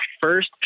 first